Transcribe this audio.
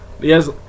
yes